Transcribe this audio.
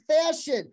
fashion